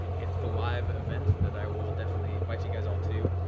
it's the live event that i will definitely invite you guys all to,